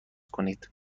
کنید